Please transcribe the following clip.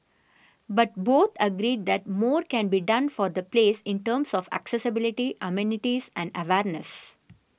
but both agreed that more can be done for the place in terms of accessibility amenities and awareness